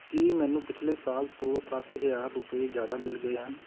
ਕੀ ਮੈਨੂੰ ਪਿਛਲੇ ਸਾਲ ਤੋਂ ਸੱਤ ਹਜ਼ਾਰ ਰੁਪਏ ਜ਼ਿਆਦਾ ਮਿਲ ਗਏ ਹਨ